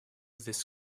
this